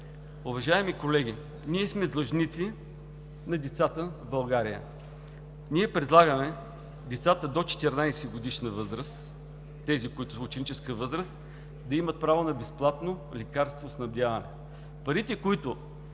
Уважаеми колеги, ние сме длъжници на децата в България. Ние предлагаме децата до 14-годишна възраст, които са в ученическа възраст, да имат право на безплатно лекарствоснабдяване.